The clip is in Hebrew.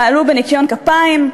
פעלו בניקיון כפיים,